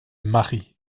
mari